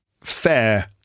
fair